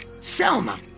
Selma